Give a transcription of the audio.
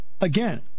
Again